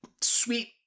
sweet